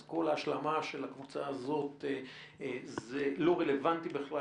אז כל השלמה של הקבוצה הזאת זה לא רלוונטי בכלל,